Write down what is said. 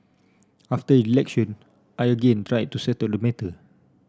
after election I again tried to settle the matter